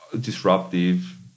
disruptive